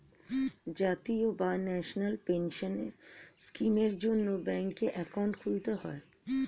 জাতীয় বা national pension স্কিমের জন্যে ব্যাঙ্কে অ্যাকাউন্ট খুলতে হয়